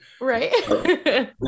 right